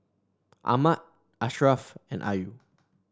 Ahmad Ashraff and Ayu